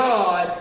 God